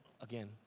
again